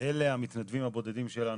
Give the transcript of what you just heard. אלה המתנדבים הבודדים שלנו.